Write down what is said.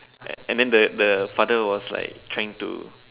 and than the the father was like trying to